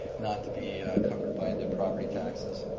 not to be covered by the property taxes.